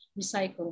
recycle